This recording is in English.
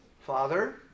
Father